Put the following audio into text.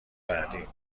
بعدیم